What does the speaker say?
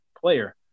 player